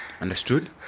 Understood